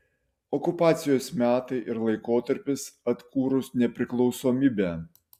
okupacijos metai ir laikotarpis atkūrus nepriklausomybę